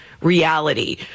reality